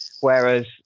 Whereas